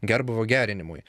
gerbūvio gerinimui